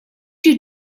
you